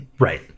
Right